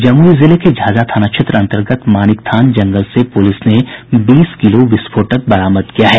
जमुई जिले के झाझा थाना क्षेत्र अंतर्गत मानिक थान जंगल से पुलिस ने बीस किलो विस्फोटक बरामद किया है